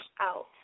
out